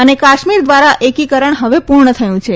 અને કાશ્મીર દ્વારા એકીકરણ હવેપૂર્ણ થયું છે